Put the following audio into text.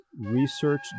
research